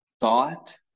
thought